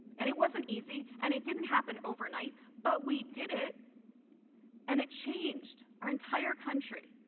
and it wasn't easy and it didn't happen over nite but we did it and it changed our entire country.